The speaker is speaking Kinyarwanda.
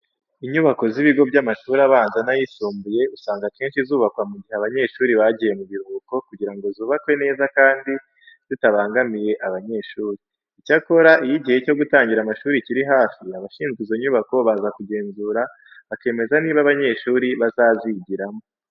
Inyubako z'ibigo by'amashuri abanza n'ayisumbuye usanga akenshi zubakwa mu gihe abanyeshuri bagiye mu biruhuko kugira ngo zubakwe neza kandi zitabangamiye abanyeshuri. Icyakora iyo igihe cyo gutangira amashuri kiri hafi, abashinzwe izo nyubako baza kuzigenzura bakemeza niba abanyeshuri bazazigiramo.